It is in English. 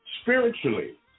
spiritually